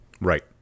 right